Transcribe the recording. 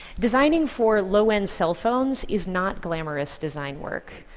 designing for low-end cell phones is not glamorous design work,